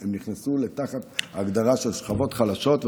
והם נכנסו תחת ההגדרה של שכבות חלשות,